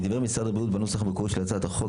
--- משרד הבריאות בנוסח המקורי של הצעת החוק,